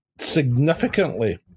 significantly